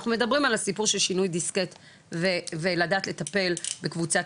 אנחנו מדברים על הסיפור של שינוי דיסקט ולדעת לטפל בקבוצת